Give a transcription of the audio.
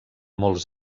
molts